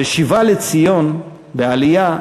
בשיבה לציון, בעלייה,